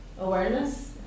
awareness